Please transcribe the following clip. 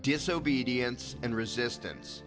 disobedience and resistance